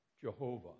Jehovah